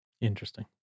Interesting